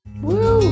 Woo